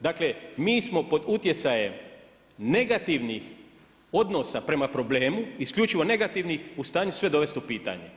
Dakle mi smo pod utjecajem negativnih odnosa prema problemu, isključivo negativnih, u stanju sve dovesti u pitanje.